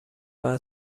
بعد